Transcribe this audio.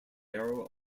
arrow